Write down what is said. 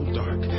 dark